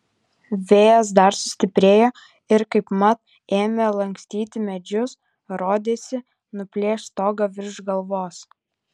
vėjas dar sustiprėjo ir kaipmat ėmė lankstyti medžius rodėsi nuplėš stogą virš galvos